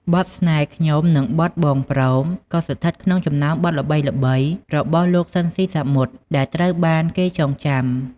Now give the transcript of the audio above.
បទ"ស្នេហ៍ខ្ញុំ" និងបទ "បងព្រម" ក៏ស្ថិតក្នុងចំណោមបទល្បីៗរបស់លោក ស៊ីន ស៊ីសាមុត ដែលត្រូវបានគេចងចាំ។